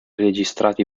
registrati